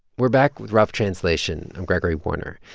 we're back with rough translation. i'm gregory warner.